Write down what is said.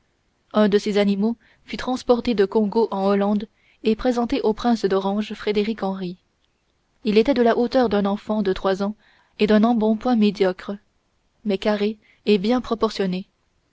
un de ces animaux fut transporté de congo en hollande et présenté au prince d'orange frédéric henri il était de la hauteur d'un enfant de trois ans et d'un embonpoint médiocre mais carré et bien proportionné